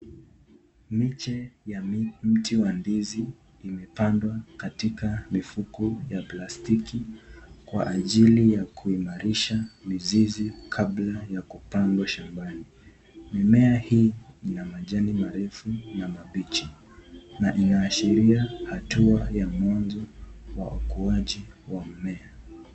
Miche ya mti wa ndizi imepandwa katika mifuko ya plastiki kwa ajili ya kuimarisha mizizi kabla ya kupandwa shambani. Mimea hii ina majani marefu na mabichi, na inaashiria hatua ya mwanzo wa ukuaji wa mmea.